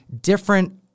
different